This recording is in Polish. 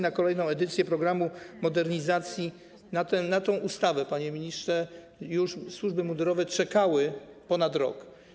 Na kolejną edycję programu modernizacji, na tę ustawę, panie ministrze, służby mundurowe czekały ponad rok.